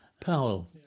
Powell